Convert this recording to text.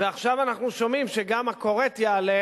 ועכשיו אנחנו שומעים שגם הכורת יעלה,